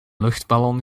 luchtballon